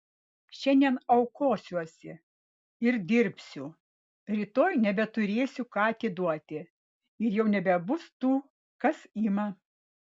šiandien aukosiuosi ir dirbsiu rytoj nebeturėsiu ką atiduoti ir jau nebebus tų kas ima